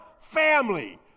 family